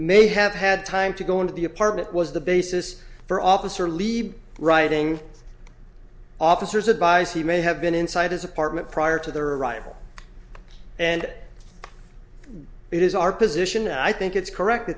may have had time to go into the apartment was the basis for officer leave writing officers advice he may have been inside his apartment prior to their arrival and it is our position and i think it's correct